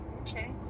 Okay